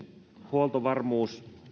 huoltovarmuus